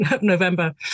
November